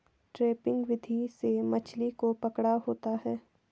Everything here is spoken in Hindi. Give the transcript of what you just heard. ट्रैपिंग विधि से मछली को पकड़ा होता है